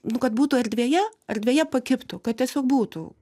nu kad būtų erdvėje erdvėje pakibtų kad tiesiog būtų